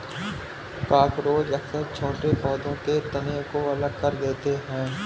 cockroach अक्सर छोटे पौधों के तनों को अलग कर देते हैं